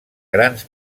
grans